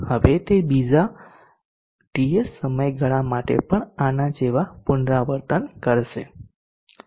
હવે તે બીજા TS સમયગાળા માટે પણ આના જેવા પુનરાવર્તન કરશે